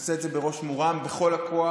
נעשה את זה בראש מורם, בכל הכוח,